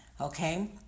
okay